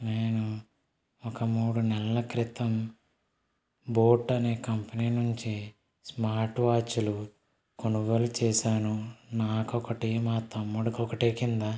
నేను ఒక మూడు నెలల క్రితం బోట్ అనే కంపెనీ నుంచి స్మార్ట్ వాచ్లు కొనుగోలు చేశాను నాకు ఒకటి మా తమ్ముడుకి ఒకటి కింద